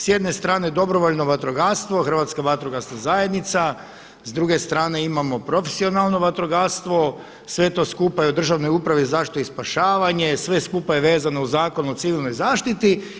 S jedne strane dobrovoljno vatrogastvo, Hrvatska vatrogasna zajednica, s druge strane imamo profesionalno vatrogastvo, sve to skupa je u Državnoj upravi zaštite i spašavanje, sve skupa je vezano uz Zakon o civilnoj zaštiti.